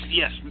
yes